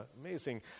amazing